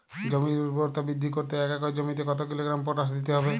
জমির ঊর্বরতা বৃদ্ধি করতে এক একর জমিতে কত কিলোগ্রাম পটাশ দিতে হবে?